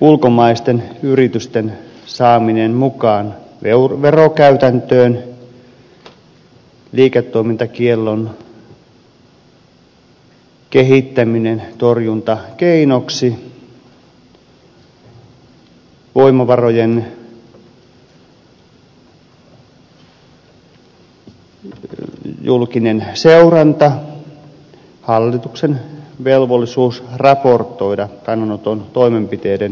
ulkomaisten yritysten saaminen mukaan verokäytäntöön liiketoimintakiellon kehittäminen torjuntakeinoksi voimavarojen julkinen seuranta hallituksen velvollisuus raportoida kannanoton toimenpiteiden toteutumisesta